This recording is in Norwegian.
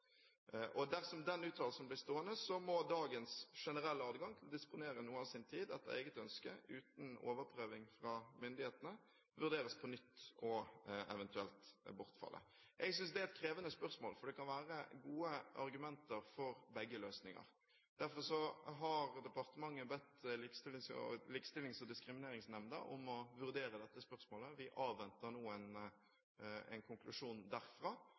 Dersom den uttalelsen blir stående, må dagens generelle adgang til å disponere noe av sin tid etter eget ønske uten overprøving av myndighetene vurderes på nytt og eventuelt bortfalle. Jeg synes det er et krevende spørsmål. Det kan være gode argumenter for begge løsninger. Derfor har departementet bedt Likestillings- og diskrimineringsnemnda om å vurdere dette spørsmålet. Vi avventer nå en konklusjon derfra.